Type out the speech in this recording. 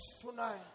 Tonight